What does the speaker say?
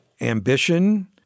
ambition